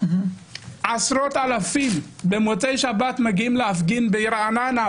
עשרות אלפים במוצאי שבת מגיעים להפגין ברעננה,